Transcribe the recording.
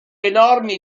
enormi